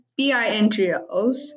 BINGOs